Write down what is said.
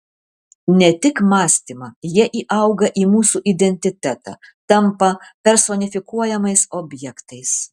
ne tik mąstymą jie įauga į mūsų identitetą tampa personifikuojamais objektais